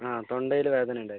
അതെ തൊണ്ടയിൽ വേദന ഉണ്ടായിരുന്നു